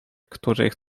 których